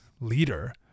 leader